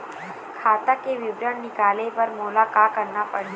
खाता के विवरण निकाले बर मोला का करना पड़ही?